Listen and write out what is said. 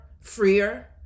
freer